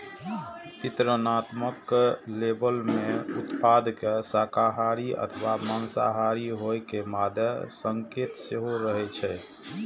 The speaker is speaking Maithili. विवरणात्मक लेबल मे उत्पाद के शाकाहारी अथवा मांसाहारी होइ के मादे संकेत सेहो रहै छै